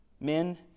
Men